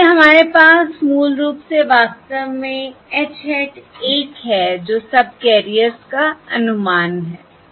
इसलिए हमारे पास मूल रूप से वास्तव में H हैट 1 है जो सबकैरियर्स का अनुमान है